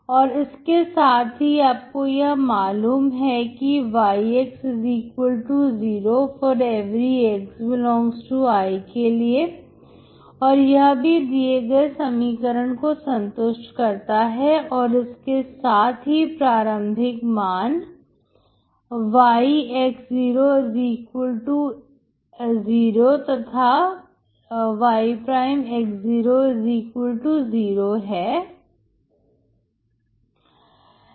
और इसके साथ ही आपको यह मालूम है कि yx0 ∀x∈I के लिए और यह भी दिए गए समीकरण को संतुष्ट करता है और इसके साथ ही प्रारंभिक मान yx00 तथा yx00 है